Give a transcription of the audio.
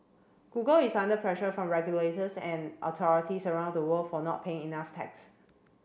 google is under pressure from regulators and authorities around the world for not paying enough tax